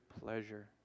pleasure